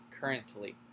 currently